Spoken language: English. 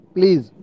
Please